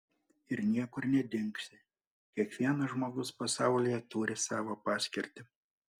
ir niekur nedingsi kiekvienas žmogus pasaulyje turi savo paskirtį